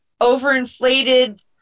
overinflated